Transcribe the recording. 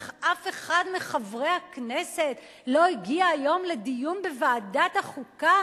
איך אף אחד מחברי הכנסת לא הגיע היום לדיון בוועדת החוקה